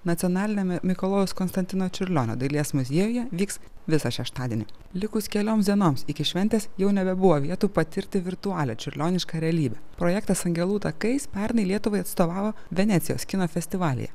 nacionaliniame mikalojaus konstantino čiurlionio dailės muziejuje vyks visą šeštadienį likus kelioms dienoms iki šventės jau nebebuvo vietų patirti virtualią čiurlionišką realybę projektas angelų takais pernai lietuvai atstovavo venecijos kino festivalyje